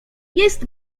jest